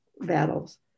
battles